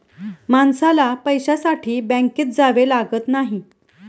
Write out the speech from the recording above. माणसाला पैशासाठी बँकेत जावे लागत नाही